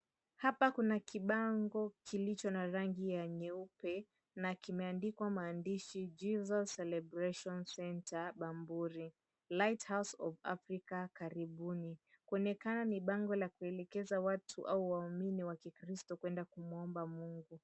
Hapa kuna kibango kilicho na rangi ya nyeupe na kimeandikwa maandishi "Jesus Celebration Centre Bamburi Light House of Africa, Karibuni", kuonekana ni bango la kuelekeza watu au waumini wa kikristo kwenda kumuomba Mungu.